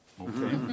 Okay